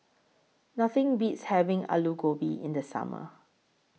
Nothing Beats having Aloo Gobi in The Summer